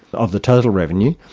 of the total revenue,